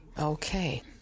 Okay